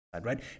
Right